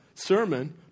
Sermon